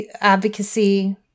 advocacy